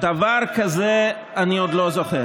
איפה הרוב הדומם, דבר כזה אני עוד לא זוכר.